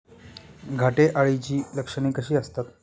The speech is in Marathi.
घाटे अळीची लक्षणे कशी असतात?